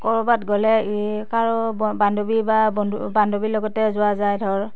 ক'ৰবাত গ'লে এই কাৰো বান্ধৱী বা বন্ধু বান্ধৱী লগতে যোৱা যায় ধৰ